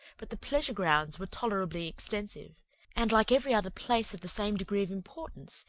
but the pleasure-grounds were tolerably extensive and like every other place of the same degree of importance,